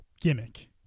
gimmick